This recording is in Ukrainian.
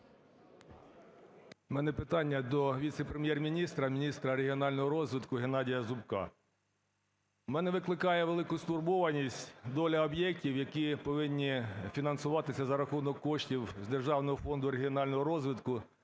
В мене питання до віце-прем'єр-міністра - міністра регіонального розвитку Геннадія Зубка. В мене викликає велику стурбованість доля об'єктів, які повинні фінансуватися за рахунок коштів з Державного фонду регіонального розвитку